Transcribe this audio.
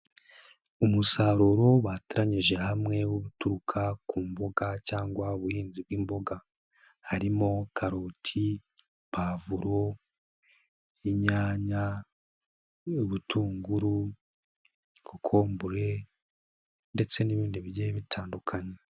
Umusaruro bateranyirije hamwe, uturuka ku mboga cyangwa ubuhinzi bw'imboga. Harimo karoti, pavuro, inyanya, ubutunguru, kokombure ndetse n'ibindi bigiye bitandukanye.